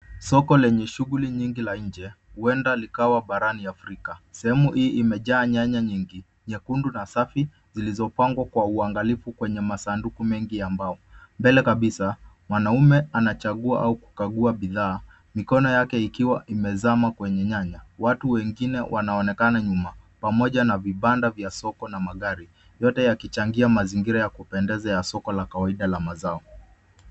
Soko lenye shughuli nyingi la nje, huenda likawa barani Afrika. Sehemu hii imejaa nyanya nyingi, nyekundu na safi, zilizopangwa kwa uangalifu kwenye masanduku mengi ya mbao. Mbele kabisa, mwanaume anachagua au kukagua bidhaa, mikono yake ikiwa imezama kwenye nyanya. Watu wengine wanaonekana nyuma, pamoja na vibanda vya soko na magari, yote yakichangia mazingira ya kupendeza ya soko la kawaida la mazao.